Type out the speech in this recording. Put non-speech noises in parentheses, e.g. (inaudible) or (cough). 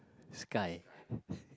sky (breath)